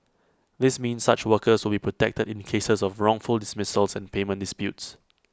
this means such workers will be protected in cases of wrongful dismissals and payment disputes